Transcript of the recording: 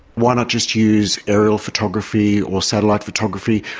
why not just use aerial photography or satellite photography?